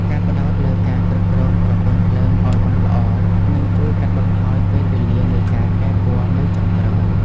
ការផ្ដោតលើការគ្រប់គ្រងប្រព័ន្ធភ្លើងឱ្យបានល្អនឹងជួយកាត់បន្ថយពេលវេលានៃការកែពណ៌នៅចុងក្រោយ។